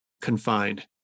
confined